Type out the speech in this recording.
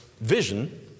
vision